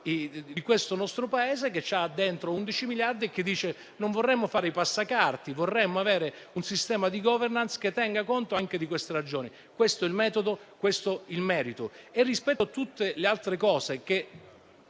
di questo nostro Paese, che ha dentro 11 miliardi, e che non vuole fare il passacarte, ma avere un sistema di *governance* che tenga conto anche di queste ragioni. Questo è il metodo, questo il merito. Rispetto a tutte le altre questioni,